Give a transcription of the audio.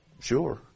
sure